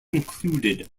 included